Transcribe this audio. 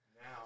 Now